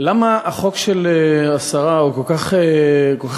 למה החוק של השרה הוא כל כך נכון,